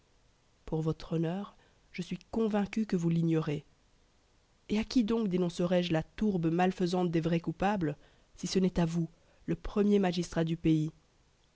pour votre honneur je suis convaincu que vous l'ignorez et à qui donc dénoncerai je la tourbe malfaisante des vrais coupables si ce n'est à vous le premier magistrat du pays